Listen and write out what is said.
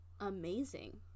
amazing